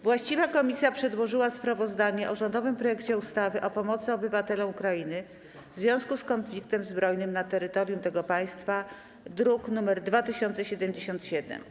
Właściwa komisja przedłożyła sprawozdanie o rządowym projekcie ustawy o pomocy obywatelom Ukrainy w związku z konfliktem zbrojnym na terytorium tego państwa, druk nr 2077.